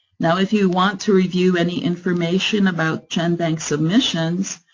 now, if you want to review any information about genbank submissions,